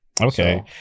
okay